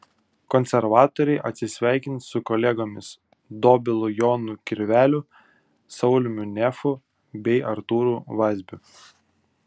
konservatoriai atsisveikins su kolegomis dobilu jonu kirveliu sauliumi nefu bei artūru vazbiu